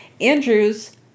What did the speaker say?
Andrews